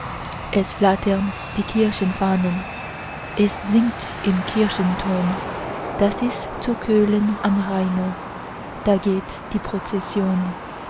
es flattern die kirchenfahnen es singt im kirchenton das ist zu köllen am rheine da geht die prozession